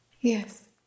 Yes